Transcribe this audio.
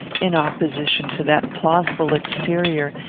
in opposition to that plausible exterior,